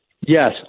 Yes